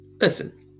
listen